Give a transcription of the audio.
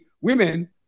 women